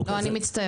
לא אני מצטערת.